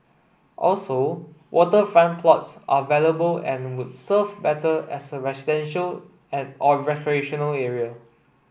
also waterfront plots are valuable and would serve better as a residential and or recreational area